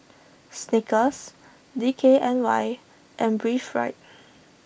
Snickers D K N Y and Breathe Right